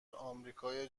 آمریکای